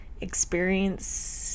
experience